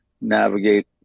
navigate